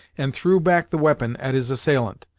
and threw back the weapon at his assailant.